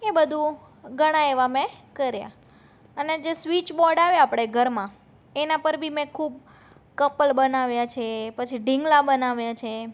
એ બધું ઘણાં એવા મેં કર્યા અને જે સ્વિચ બોર્ડ આવે આપણે ઘરમાં એના પર બી મેં ખૂબ કપલ બનાવ્યા છે પછી ઢીંગલા બનાવ્યા છે